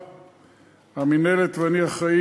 חברי,